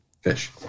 fish